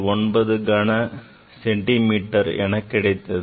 9 கன சென்டிமீட்டர் என கிடைத்தது